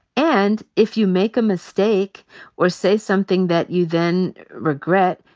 and if you make a mistake or say something that you then regret,